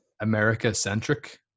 America-centric